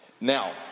Now